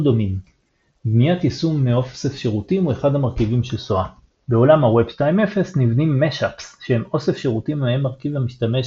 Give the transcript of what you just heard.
דומים בניית יישום מאוסף שירותים הוא אחד המרכיבים של SOA. בעולם הווב 2.0 נבנים Mashups שהם אוסף שירותים מהם מרכיב משתמש